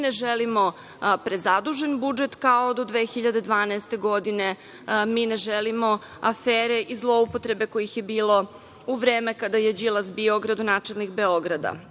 ne želimo prezadužen budžet kao do 2012. godine, mi ne želimo afere i zloupotrebe kojih je bilo u vreme kada je Đilas bio gradonačelnik Beograda. Mi